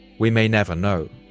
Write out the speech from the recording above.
we may never know.